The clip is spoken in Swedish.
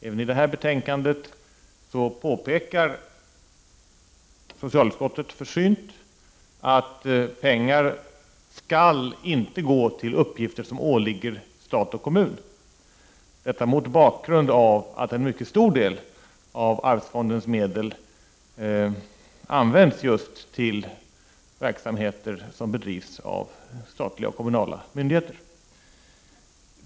Även i det här betänkandet påpekar socialutskottet försynt att pengar inte skall gå till uppgifter som åligger stat och kommun — detta mot bakgrund av att en mycket stor del av arvsfondens medel används just till verksamheter som bedrivs av statliga och kommunala myndigheter.